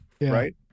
right